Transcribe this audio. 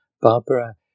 Barbara